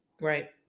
right